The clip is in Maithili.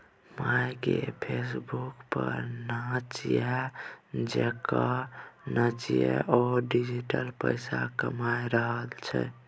माय गे फेसबुक पर नचनिया जेंका नाचिकए ओ डिजिटल पैसा कमा रहल छै